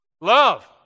Love